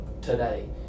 today